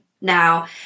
Now